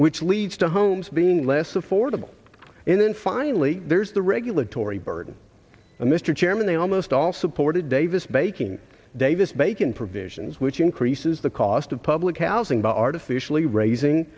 which leads to homes being less affordable and then finally there's the regulatory burden and mr chairman they almost all supported davis baking davis bacon provisions which increases the cost of public housing by artificially raising